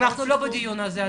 אנחנו לא בדיון הזה.